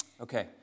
Okay